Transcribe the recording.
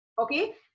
Okay